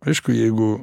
aišku jeigu